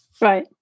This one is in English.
Right